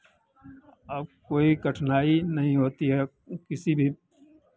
अब कोई कठिनाई नहीं होती है अब किसी भी